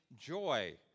joy